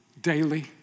daily